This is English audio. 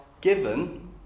given